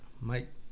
Mike